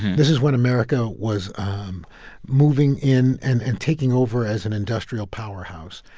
this is when america was um moving in and and taking over as an industrial powerhouse.